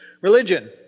Religion